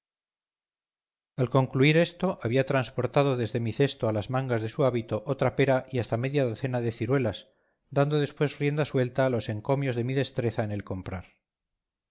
al concluir esto había trasportado desde mi cesto a las mangas de su hábito otra pera y hasta media docena de ciruelas dando después rienda suelta a los encomios de mi destreza en el comprar